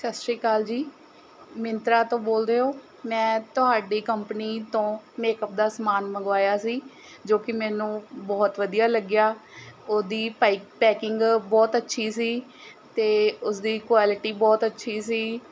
ਸਤਿ ਸ਼੍ਰੀ ਅਕਾਲ ਜੀ ਮਿੰਤਰਾਂ ਤੋਂ ਬੋਲਦੇ ਹੋ ਮੈਂ ਤੁਹਾਡੀ ਕੰਪਨੀ ਤੋਂ ਮੇਕਅਪ ਦਾ ਸਮਾਨ ਮੰਗਵਾਇਆ ਸੀ ਜੋ ਕਿ ਮੈਨੂੰ ਬਹੁਤ ਵਧੀਆ ਲੱਗਿਆ ਉਹਦੀ ਪੈਕ ਪੈਕਿੰਗ ਬਹੁਤ ਅੱਛੀ ਸੀ ਅਤੇ ਉਸਦੀ ਕੁਐਲਿਟੀ ਬਹੁਤ ਅੱਛੀ ਸੀ